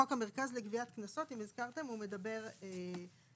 חוק המרכז לגביית קנסות, אם הזכרתם, הוא מדבר על